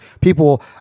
people